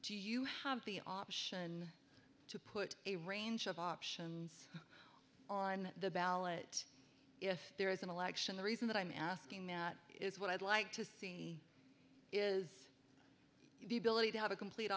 do you have the option to put a range of options on the ballot if there is an election the reason that i'm asking that is what i'd like to see is the ability to have a complete